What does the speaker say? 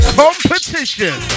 competition